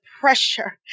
pressure